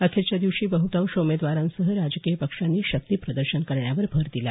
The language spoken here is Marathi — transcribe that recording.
अखेरच्या दिवशी बहतांश उमेदवारांसह राजकीय पक्षांनी शक्तीप्रदर्शन करण्यावर भर दिला